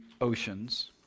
oceans